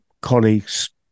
colleagues